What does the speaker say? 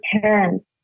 parents